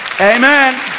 Amen